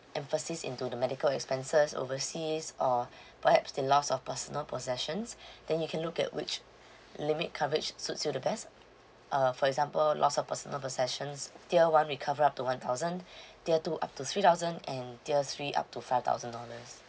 emphasis into the medical expenses overseas or perhaps the loss of personal possessions then you can look at which limit coverage suits you the best uh for example loss of personal possessions tier one we cover up to one thousand tier two up to three thousand and tier three up to five thousand dollars